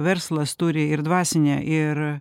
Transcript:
verslas turi ir dvasinę ir